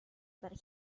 but